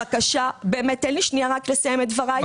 תן לי שנייה, רק לסיים את דבריי.